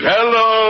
Hello